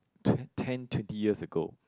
twe~ ten twenty years ago